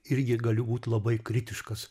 irgi galiu būt labai kritiškas